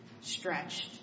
stretched